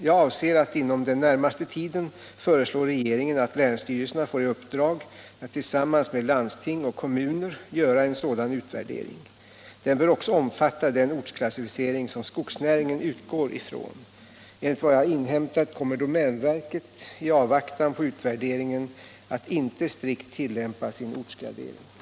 Jag avser att inom den närmaste tiden föreslå regeringen att länsstyrelserna får i uppdrag att tillsammans med landsting och kommuner göra en sådan utvärdering. Den bör också omfatta den ortsklassificering som skogsnäringen utgår ifrån. Enligt vad jag inhämtat kommer domänverket i avvaktan på utvärderingen att inte strikt tillämpa sin ortsgradering.